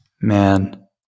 Man